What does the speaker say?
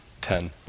Ten